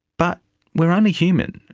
but we're only human.